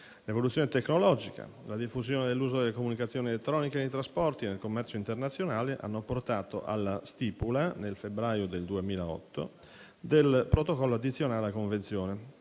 L'evoluzione tecnologica, la diffusione dell'uso delle comunicazioni elettroniche nei trasporti e nel commercio internazionale hanno portato alla stipula, nel febbraio del 2008, del protocollo addizionale alla convenzione,